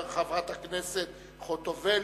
חברת הכנסת חוטובלי,